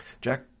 Jack